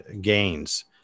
gains